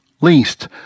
least